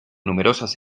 numerosas